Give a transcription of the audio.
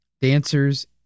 Dancers